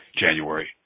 January